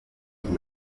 irya